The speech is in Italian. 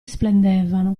splendevano